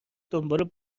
دنباله